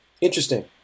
interesting